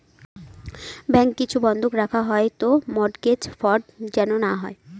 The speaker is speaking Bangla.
ব্যাঙ্ক কিছু বন্ধক রাখা হয় তো মর্টগেজ ফ্রড যেন না হয়